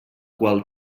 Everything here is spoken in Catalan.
qual